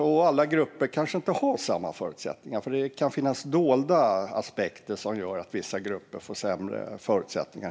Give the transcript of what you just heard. Men alla grupper kanske inte har samma förutsättningar, för det kan finnas dolda aspekter som gör att vissa grupper får sämre förutsättningar.